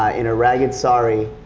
ah in a ragged sari